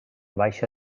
baixa